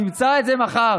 תמצא את זה מחר,